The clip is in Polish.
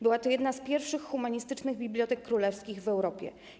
Była to jedna z pierwszych humanistycznych bibliotek królewskich w Europie.